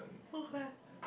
okay